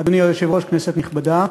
אדוני היושב-ראש, כנסת נכבדה,